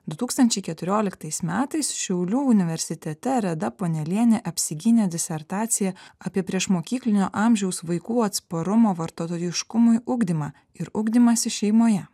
du tūkstančiai keturioliktais metais šiaulių universitete reda ponelienė apsigynė disertaciją apie priešmokyklinio amžiaus vaikų atsparumo vartotojiškumui ugdymą ir ugdymąsi šeimoje